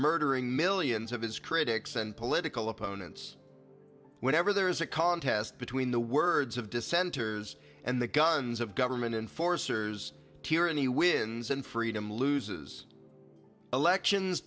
murdering millions of his critics and political opponents whenever there is a contest between the words of dissenters and the guns of government enforcers tyranny wins and freedom loses elections